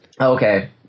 Okay